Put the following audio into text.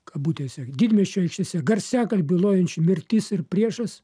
kabutėse didmiesčio aikštėse garsiakalbių lojančių mirtis ir priešas